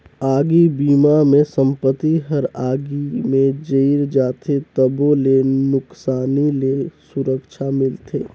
आगी बिमा मे संपत्ति हर आगी मे जईर जाथे तबो ले नुकसानी ले सुरक्छा मिलथे